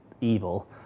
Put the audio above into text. evil